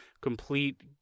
complete